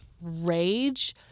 rage